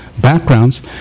backgrounds